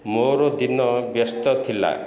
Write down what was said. ମୋର ଦିନ ବ୍ୟସ୍ତ ଥିଲା